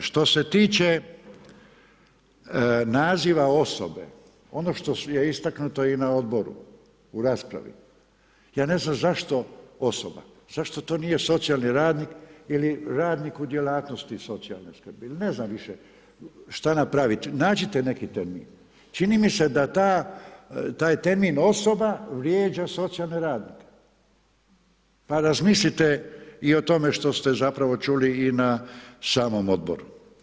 Što se tiče naziva osobe, ono što je istaknuto i na odboru u raspravi, ja ne znam zašto osoba, zašto to nije socijalni radnik ili radnik u djelatnosti socijalne skrbi, ne znam više šta napravit, nađite neki termin, čini mi se da taj termin osoba vrijeđa socijalne radnike pa razmislite i o tome što ste zapravo čuli i na samom odboru.